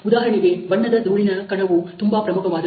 ಉದಾಹರಣೆಗೆ ಬಣ್ಣದ ಧೂಳಿನ ಕಣವು ತುಂಬಾ ಪ್ರಮುಖವಾದದ್ದು